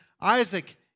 Isaac